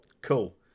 Cool